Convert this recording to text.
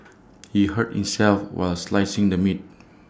he hurt himself while slicing the meat